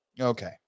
Okay